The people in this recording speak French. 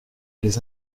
les